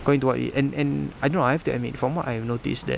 according to what we eat and and I don't know I have to admit from what I've noticed that